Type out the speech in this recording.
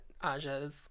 Aja's